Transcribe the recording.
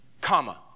Comma